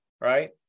right